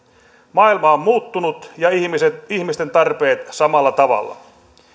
maailma on muuttunut ja ihmisten tarpeet samalla tavalla